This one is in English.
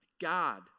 God